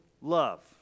love